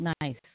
Nice